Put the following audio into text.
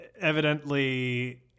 evidently –